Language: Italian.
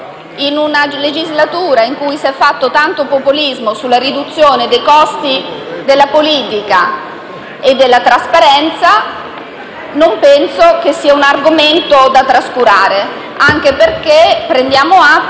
In una legislatura in cui si è fatto tanto populismo sulla riduzione dei costi della politica e sulla trasparenza non penso che sia un argomento da trascurare, anche perché prendiamo atto